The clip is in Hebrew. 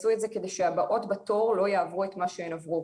עשו את זה על מנת שהבאות בתור לא יעברו את מה שהן עברו,